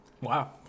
Wow